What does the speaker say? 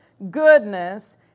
goodness